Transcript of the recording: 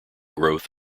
growth